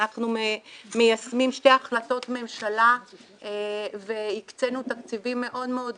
אנחנו מיישמים שתי החלטות ממשלה והקצינו תקציבים מאוד מאוד גדולים.